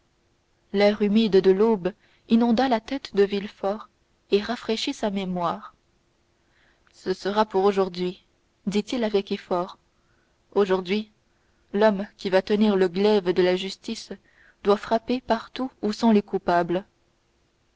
l'air humide de l'aube inonda la tête de villefort et rafraîchit sa mémoire ce sera pour aujourd'hui dit-il avec effort aujourd'hui l'homme qui va tenir le glaive de la justice doit frapper partout où sont les coupables